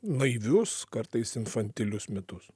naivius kartais infantilius mitus